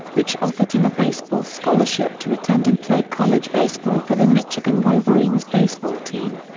which offered him a baseball scholarship to attend and play college baseball for the michigan wolverines baseball team.